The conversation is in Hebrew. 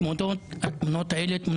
זה חמור